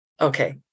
Okay